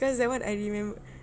cause that [one] I remember